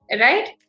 right